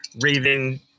raving